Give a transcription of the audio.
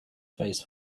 face